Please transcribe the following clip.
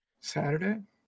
Saturday